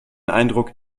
eindruck